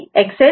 XC आहे